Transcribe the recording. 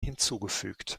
hinzugefügt